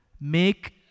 Make